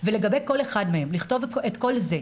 ולגבי כל אחד מהם לכתוב את כל זה,